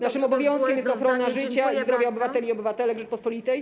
Naszym obowiązkiem jest ochrona życia i zdrowia obywateli i obywatelek Rzeczypospolitej.